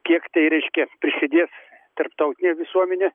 kiek tai reiškia prisidės tarptautinė visuomenė